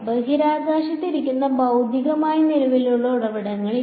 ബഹിരാകാശത്ത് ഇരിക്കുന്ന ഭൌതികമായി നിലവിലുള്ള ഉറവിടങ്ങളില്ല